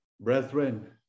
brethren